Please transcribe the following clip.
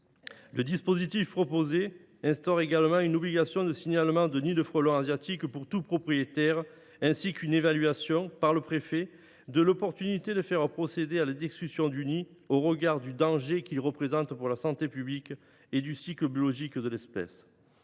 Le dispositif proposé instaure également une obligation de signalement de nid pour tout propriétaire, ainsi qu’une évaluation, par le préfet, de l’opportunité de faire procéder à la destruction de celui ci, au regard du danger qu’il représente pour la santé publique et du cycle biologique de l’espèce.